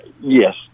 yes